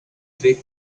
tre